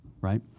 right